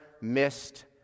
missed